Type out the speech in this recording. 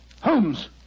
Holmes